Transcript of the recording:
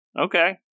Okay